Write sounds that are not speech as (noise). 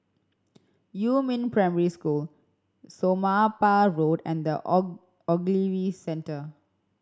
Yumin Primary School Somapah Road and The (unintelligible) Ogilvy Centre